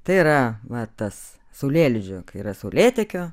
tai yra va tas saulėlydžio kai yra saulėtekio